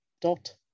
dot